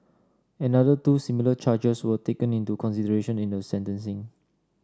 another two similar charges were taken into consideration in the sentencing